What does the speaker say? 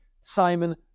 Simon